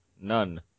None